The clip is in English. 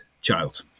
child